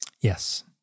Yes